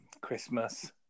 Christmas